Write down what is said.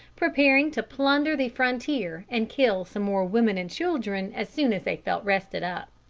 preparing to plunder the frontier and kill some more women and children as soon as they felt rested up.